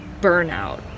burnout